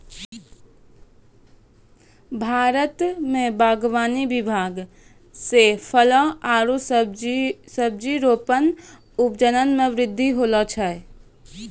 भारत मे बागवानी विभाग से फलो आरु सब्जी रो उपज मे बृद्धि होलो छै